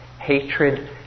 hatred